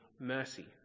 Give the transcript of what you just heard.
mercy